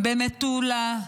במטולה,